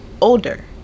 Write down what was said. older